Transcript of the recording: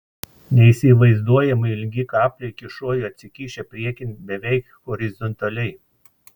neįsivaizduojamai ilgi kapliai kyšojo atsikišę priekin beveik horizontaliai